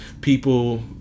People